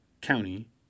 County